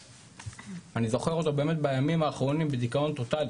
אני זוכר אותו באמת בימים האחרונים בדיכאון טוטאלי,